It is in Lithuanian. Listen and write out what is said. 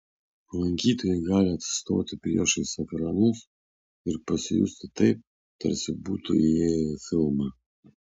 lankytojai gali atsistoti priešais ekranus ir pasijusti taip tarsi būtų įėję į filmą